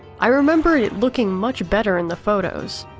i remembered it looking much better in the photos.